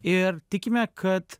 ir tikime kad